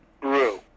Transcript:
grew